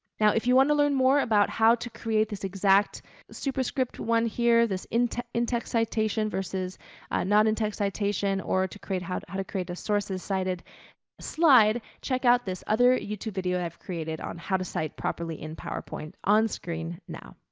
now, if you want to learn more about how to create this exact superscript one here, this in-text citation versus a not in text citation or to create how to how to create a sources cited slide, check out this other youtube video that i've created on how to cite properly in powerpoint onscreen now.